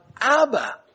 Abba